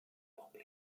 problem